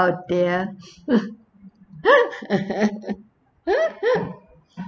oh dear